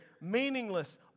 meaningless